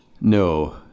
No